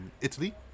Italy